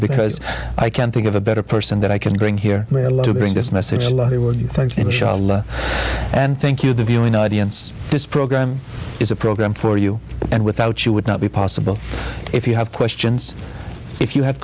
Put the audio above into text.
because i can't think of a better person that i can bring here to bring this message along the world thanks and thank you the viewing audience this program is a program for you and without you would not be possible if you have questions if you ha